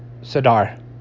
Sadar